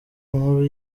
nkuru